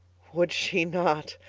would she not?